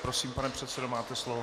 Prosím, pane předsedo, máte slovo.